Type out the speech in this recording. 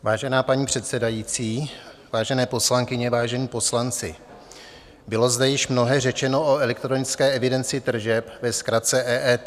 Vážená paní předsedající, vážené poslankyně, vážení poslanci, bylo zde již mnohé řečeno o elektronické evidenci tržeb, ve zkratce EET.